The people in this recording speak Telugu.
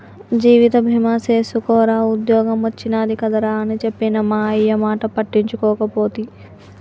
జీవిత బీమ సేసుకోరా ఉద్ద్యోగం ఒచ్చినాది కదరా అని చెప్పిన మా అయ్యమాట పట్టించుకోకపోతి